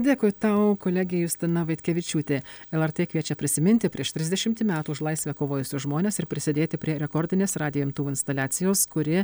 dėkui tau kolegė justina vaitkevičiūtė lrt kviečia prisiminti prieš trisdešimtį metų už laisvę kovojusius žmones ir prisidėti prie rekordinės radijo imtuvų instaliacijos kuri